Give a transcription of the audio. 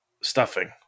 stuffing